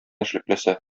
эшлеклесе